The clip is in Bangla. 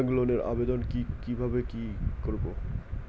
ব্যাংক লোনের আবেদন কি কিভাবে করব?